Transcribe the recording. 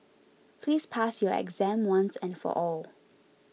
please pass your exam once and for all